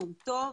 מהותו,